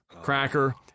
cracker